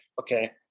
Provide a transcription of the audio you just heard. okay